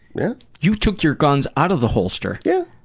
yeah. you took your guns out of the holster! yeah.